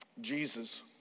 Jesus